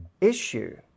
issue